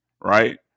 right